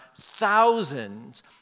thousands